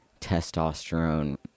testosterone